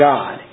God